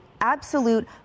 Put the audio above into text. absolute